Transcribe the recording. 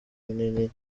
munini